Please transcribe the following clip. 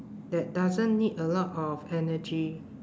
that doesn't need a lot of energy